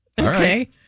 Okay